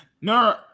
No